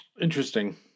Interesting